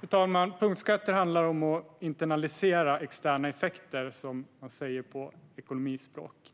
Fru talman! Punktskatter handlar om att internalisera externa effekter, som man säger på ekonomispråk.